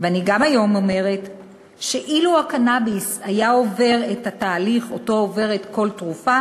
ואני אומרת גם היום שאילו הקנאביס היה עובר את התהליך שעוברת כל תרופה